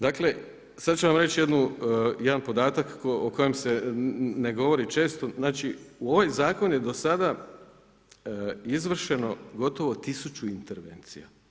Dakle sada ću vam reći jedan podatak o kojem se ne govori često, znači u ovaj zakon je do sada izvršeno gotovo tisuću intervencija.